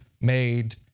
made